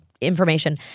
Information